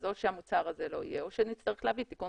או שהמוצר הזה לא יהיה או שנצטרך להביא תיקון